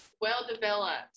well-developed